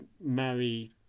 marry